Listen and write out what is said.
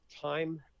time